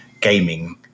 gaming